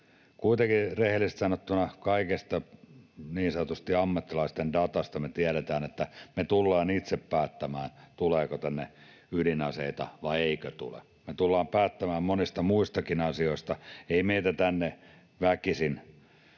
Kuitenkin rehellisesti sanottuna kaikesta niin sanotusti ammattilaisten datasta me tiedetään, että me tullaan itse päättämään, tuleeko tänne ydinaseita vai eikö tule. Me tullaan päättämään monista muistakin asioista. Ei meille tänne väkisin